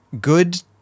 good